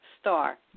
star